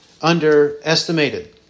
underestimated